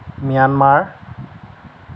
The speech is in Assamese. ম্যানমাৰ